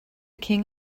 king